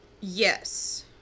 yes